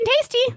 tasty